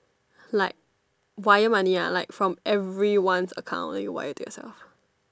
like wire money ah like from everyone's account you wire to yourself